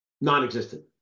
non-existent